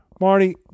Marty